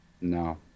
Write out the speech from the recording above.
No